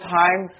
time